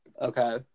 Okay